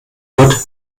gott